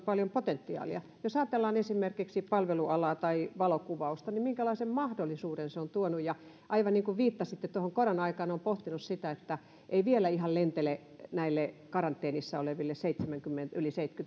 paljon potentiaalia jos ajatellaan esimerkiksi palvelualaa tai valokuvausta niin minkälaisen mahdollisuuden se onkaan tuonut ja aivan niin kuin viittasitte tuohon korona aikaan niin olen pohtinut sitä että ei ihan vielä lentele näille karanteenissa oleville yli seitsemänkymmentä